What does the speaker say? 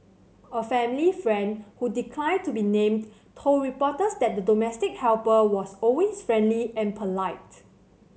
a family friend who declined to be named told reporters that the domestic helper was always friendly and polite